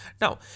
Now